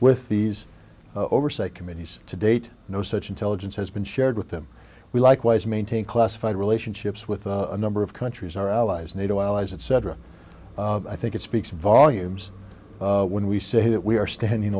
with these oversight committees to date no such intelligence has been shared with them we likewise maintain classified relationships with a number of countries our allies nato allies etc i think it speaks volumes when we say that we are standing